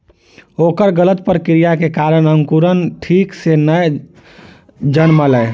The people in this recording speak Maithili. ओकर गलत प्रक्रिया के कारण अंकुरण ठीक सॅ नै जनमलै